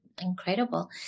Incredible